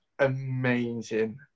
Amazing